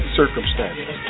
circumstances